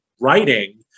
writing